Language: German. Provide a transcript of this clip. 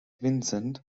vincent